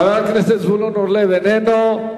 חבר הכנסת זבולון אורלב, אינו נוכח.